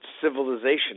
civilization